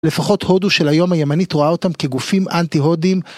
לפחות הודו של היום הימנית רואה אותם כגופים אנטי-הודים.